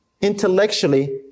intellectually